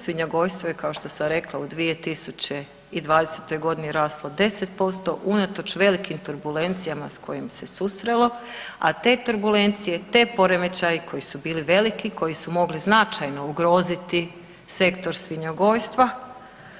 Svinjogojstvo je kao što sam rekla u 2020. godini raslo 10% unatoč velikim turbulencijama s kojima se susrelo, a te turbulencije te poremećaji koji su bili veliki i koji su mogli značajno ugroziti sektor svinjogojstva